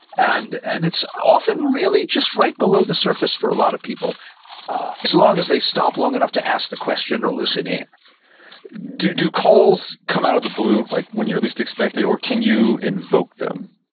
and and it's often really just right below the surface for a lot of people as long as they stop long enough to ask the question or listen in do do calls come out of the blue like when you're at least expected or can you invoke them?